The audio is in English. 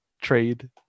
trade